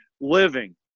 living